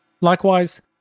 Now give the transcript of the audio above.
Likewise